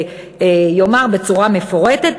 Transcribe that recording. ויאמר בצורה מפורטת,